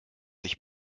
sich